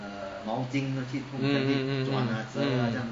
mm mm mm mm